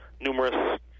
numerous